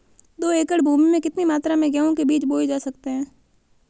दो एकड़ भूमि में कितनी मात्रा में गेहूँ के बीज बोये जा सकते हैं?